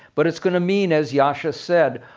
but it's going to mean, as yascha said,